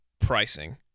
pricing